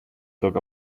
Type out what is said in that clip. talk